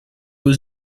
was